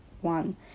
one